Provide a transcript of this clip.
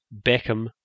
Beckham